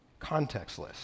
contextless